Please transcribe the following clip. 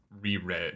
reread